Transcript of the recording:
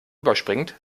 überspringt